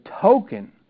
token